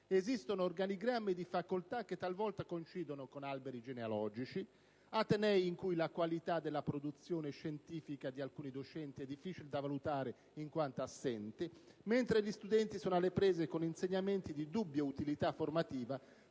esistono organigrammi di facoltà che talvolta coincidono con alberi genealogici, atenei in cui la qualità della produzione scientifica di alcuni docenti è difficile da valutare in quanto assente, mentre gli studenti sono alle prese con insegnamenti di dubbia utilità formativa,